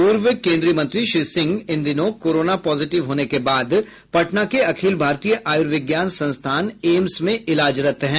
पूर्व केंद्रीय मंत्री श्री सिंह इन दिनों कोरोना पॉजिटिव होने के बाद पटना के अखिल भारतीय आयुर्विज्ञान संस्थान एम्स में इलाजरत है